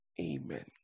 Amen